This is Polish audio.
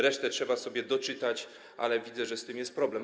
Resztę trzeba sobie doczytać, ale widzę, że z tym jest problem.